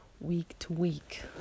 week-to-week